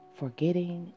forgetting